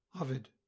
ovid